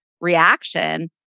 Reaction